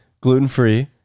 gluten-free